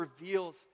reveals